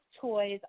toys